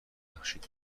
بخشید